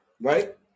right